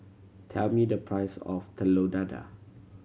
tell me the price of Telur Dadah